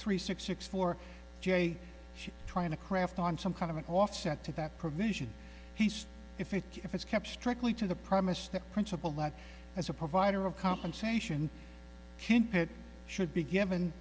three six six four j she's trying to craft on some kind of an offset to that provision he says if it if it's kept strictly to the premise that principle that as a provider of compensation should be given